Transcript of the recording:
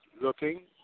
looking